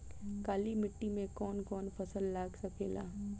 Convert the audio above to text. काली मिट्टी मे कौन कौन फसल लाग सकेला?